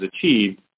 achieved